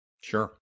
Sure